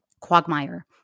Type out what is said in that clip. quagmire